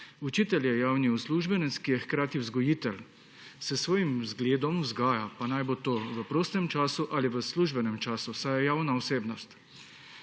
Učitelj je javni uslužbenec, ki je hkrati vzgojitelj, s svojim vzgledom vzgaja, pa naj bo to v prostem času ali v službenem času, saj je javna osebnost.